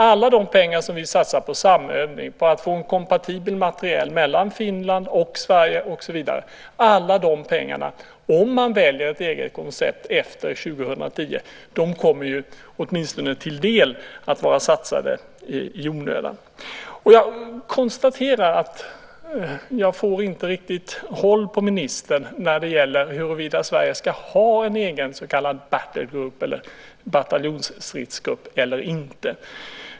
Alla de pengar vi satsar på samövning och på att få en kompatibel materiel mellan Finland och Sverige och så vidare kommer ju, om man väljer ett eget koncept efter 2010, åtminstone till en del att vara satsade i onödan. Jag konstaterar att jag inte riktigt får håll på ministern när det gäller huruvida Sverige ska ha en egen så kallad battle group , bataljonsstridsgrupp, eller inte.